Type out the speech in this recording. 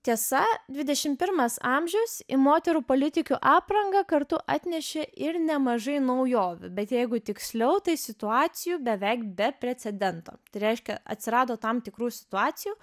tiesa dvidešimt pirmas amžius į moterų politikių aprangą kartu atnešė ir nemažai naujovių bet jeigu tiksliau tai situacijų beveik be precedento tai reiškia atsirado tam tikrų situacijų